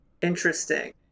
Interesting